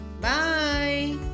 Bye